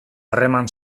harreman